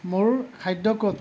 মোৰ খাদ্য ক'ত